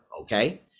okay